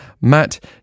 Matt